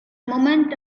moment